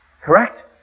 Correct